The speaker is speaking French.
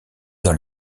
dans